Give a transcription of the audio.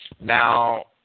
Now